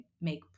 make